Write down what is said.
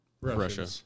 Russia